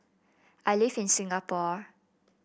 I live in Singapore